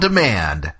Demand